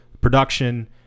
production